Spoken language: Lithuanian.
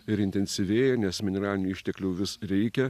ir intensyvėja nes mineralinių išteklių vis reikia